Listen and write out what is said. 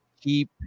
keep